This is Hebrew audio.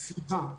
--- סליחה,